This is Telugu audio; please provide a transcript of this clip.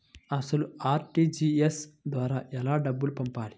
అసలు అర్.టీ.జీ.ఎస్ ద్వారా ఎలా డబ్బులు పంపాలి?